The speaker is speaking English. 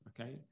okay